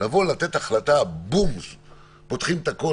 לבוא ולתת החלטה שבבום פותחים הכול